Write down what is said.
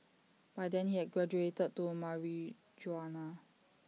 by then he had graduated to marijuana